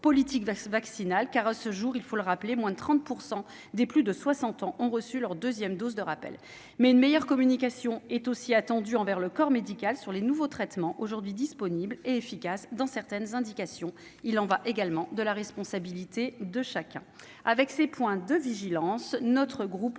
politique vaccinale. À ce jour, je le rappelle, moins de 30 % des plus de 60 ans ont reçu leur deuxième dose de rappel. Mais une meilleure communication est aussi attendue du corps médical s'agissant des nouveaux traitements disponibles, efficaces dans certaines indications. Il y va de la responsabilité de chacun.